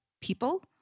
people